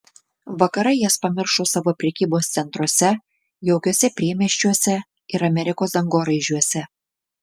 vakarai jas pamiršo savo prekybos centruose jaukiuose priemiesčiuose ir amerikos dangoraižiuose